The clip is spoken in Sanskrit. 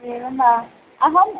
एवं वा अहम्